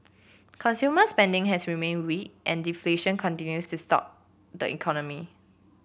consumer spending has remained weak and deflation continues to stalk the economy